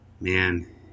Man